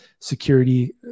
Security